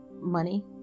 money